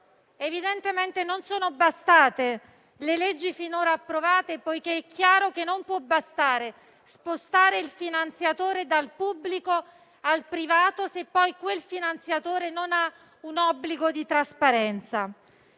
Evidentemente non sono bastate le leggi finora approvate, poiché è chiaro che non può essere sufficiente spostare il finanziatore dal pubblico al privato, se poi quel finanziatore non ha un obbligo di trasparenza